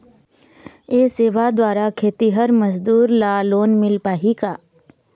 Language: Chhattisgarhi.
ये सेवा द्वारा खेतीहर मजदूर ला लोन मिल पाही का?